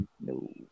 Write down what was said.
no